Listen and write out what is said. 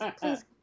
please